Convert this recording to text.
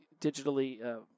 digitally